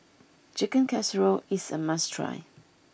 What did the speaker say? Chicken Casserole is a must try